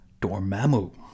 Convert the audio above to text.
Dormammu